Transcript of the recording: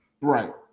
right